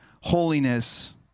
holiness